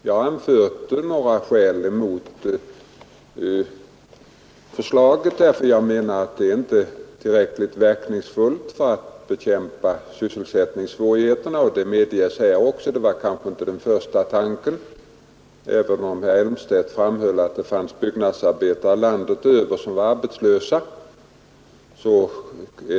Jag har anfört några skäl mot förslaget; jag menar att det inte är tillräckligt verkningsfullt för att bekämpa sysselsättningssvårigheterna. Detta medges nu här också även om herr Elmstedt framhöll att det finns byggnadsarbetare landet över som är arbetslösa.